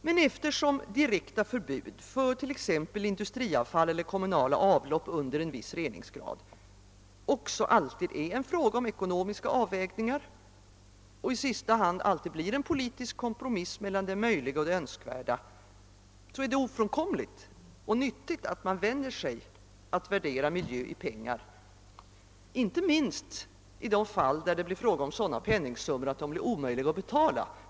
Men eftersom direkta förbud för t.ex. industriavfall eller kommunala avlopp under en viss reningsgrad också alltid är en fråga om ekonomiska avvägningar och i sista hand måste bli en politisk kompromiss mellan det möjliga och det önskvärda, så är det ofrånkomligt och nyttigt att man vänjer sig att värdera miljö i pengar — inte minst i de fall där det blir fråga om sådana penningsummor att de är omöjliga att betala.